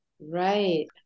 Right